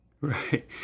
Right